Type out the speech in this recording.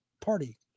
party